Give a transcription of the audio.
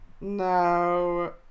No